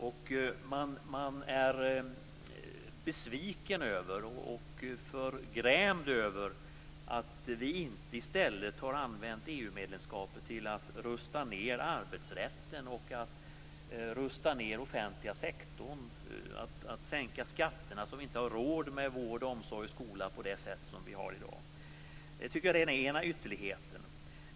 Man är förgrämd och besviken över att vi inte i stället har använt EU-medlemskapet till att rusta ned arbetsrätten, att rusta ned offentliga sektorn och att sänka skatterna, så att vi inte har råd med vård, omsorg och skola på det sätt som vi har i dag.